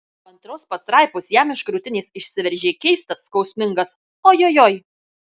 po antros pastraipos jam iš krūtinės išsiveržė keistas skausmingas ojojoi